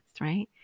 right